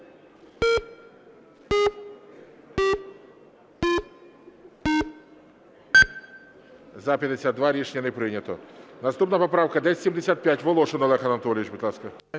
За-52 Рішення не прийнято. Наступна поправка 1075. Волошин Олег Анатолійович. Будь ласка.